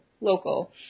local